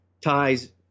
ties